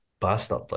bastard